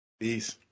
Peace